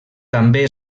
també